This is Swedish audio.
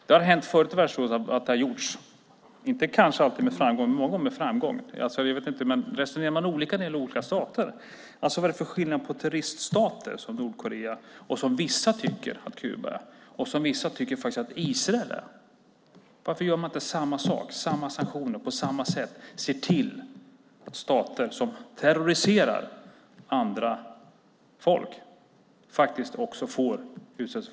Det har hänt förut i världshistorien att det har gjorts, kanske inte alltid med framgång, men många gånger med framgång. Resonerar man olika när det gäller olika stater? Vad är det för skillnad mellan olika terroriststater, som Nordkorea är, som vissa tycker att Kuba är och som vissa faktiskt tycker att Israel är? Varför gör man inte samma sak och inför samma sanktioner på samma sätt? Varför ser man inte till att stater som terroriserar andra folk utsätts för sanktioner?